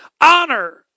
Honor